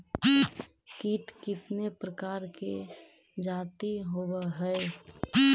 कीट कीतने प्रकार के जाती होबहय?